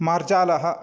मार्जालः